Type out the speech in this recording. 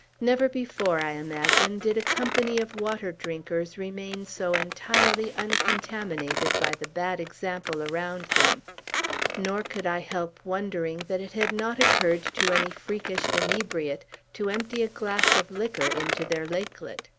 never before, i imagine, did a company of water-drinkers remain so entirely uncontaminated by the bad example around them nor could i help wondering that it had not occurred to any freakish inebriate to empty a glass of liquor into their lakelet.